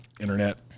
Internet